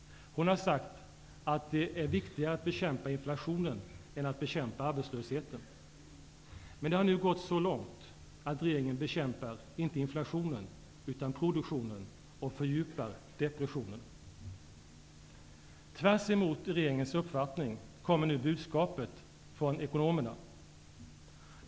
Hon har sagt att det är viktigare att bekämpa inflationen än att bekämpa arbetslösheten. Men det har nu gått så långt att regeringen bekämpar inte inflationen utan produktionen och fördjupar depressionen. Tvärs emot regeringens uppfattning kommer nu budskapet från ekonomerna.